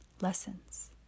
lessons